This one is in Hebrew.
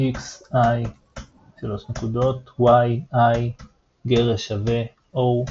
⊕⋯⊕ y i ℓ ′= 0 ]